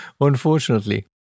unfortunately